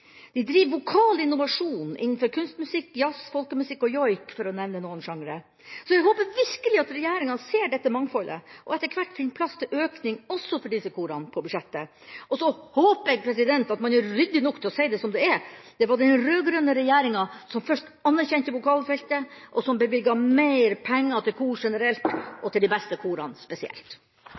de driver vokal innovasjon innenfor kunstmusikk, jazz, folkemusikk og joik, for å nevne noen sjangre. Så jeg håper virkelig at regjeringa ser dette mangfoldet og etter hvert finner plass til en økning også for disse korene på budsjettet. Og så håper jeg at man er ryddig nok til å si det som det er: Det var den rød-grønne regjeringa som først anerkjente vokalfeltet, og som bevilget mer penger til kor generelt – og til de beste korene spesielt.